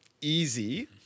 easy